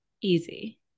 easy